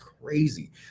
crazy